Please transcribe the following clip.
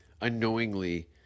unknowingly